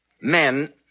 men